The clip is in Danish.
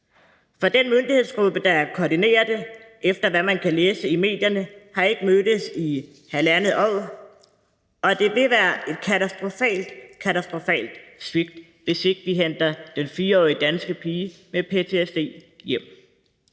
For den myndighedsgruppe, der koordinerer det, har, efter hvad man kan læse i medierne, ikke mødtes i halvandet år. Og det vil være et katastrofalt, katastrofalt svigt, hvis ikke vi henter den 4-årige danske pige med ptsd hjem.